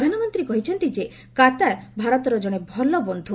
ପ୍ରଧାନମନ୍ତ୍ରୀ କହିଛନ୍ତି ଯେ କାତାର ଭାରତର ଜଣେ ଉତ୍ତମ ବନ୍ଧୁ